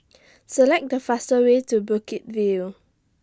Select The faster Way to Bukit View